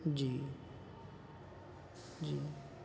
جی جی